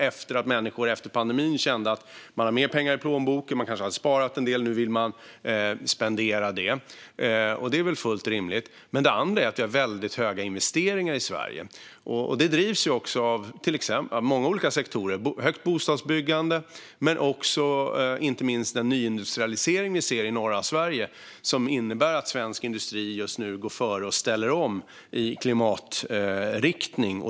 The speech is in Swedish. Människor känner efter pandemin att man har mer pengar i plånboken - kanske har man sparat en del - och att man nu vill spendera det, och det är väl fullt rimligt. Men det andra är att vi har väldigt höga investeringar i Sverige. Det drivs av många olika sektorer, exempelvis högt bostadsbyggande, och inte minst den nyindustrialisering vi ser i norra Sverige, som innebär att svensk industri just nu går före och ställer om i klimatriktning.